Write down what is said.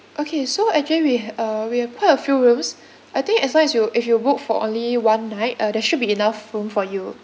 okay so actually we ha~ uh we have quite a few rooms I think as long as you if you book for only one night uh there should be enough room for you